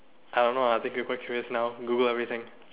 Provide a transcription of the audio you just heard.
I don't know I think people are curious now Google everything